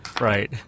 Right